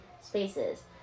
spaces